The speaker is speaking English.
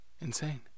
Insane